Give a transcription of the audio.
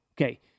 Okay